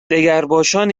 دگرباشان